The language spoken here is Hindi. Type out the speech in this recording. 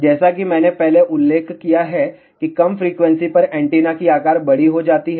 जैसा कि मैंने पहले उल्लेख किया है कि कम फ्रीक्वेंसी पर एंटीना की आकार बड़ी हो जाती है